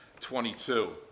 22